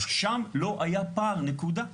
שם לא היה פער, נקודה.